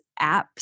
apps